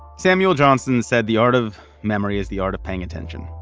samuel johnson said the art of memory is the art of paying attention.